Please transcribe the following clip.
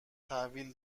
تحویل